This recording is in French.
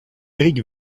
éric